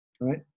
right